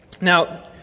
Now